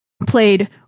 Played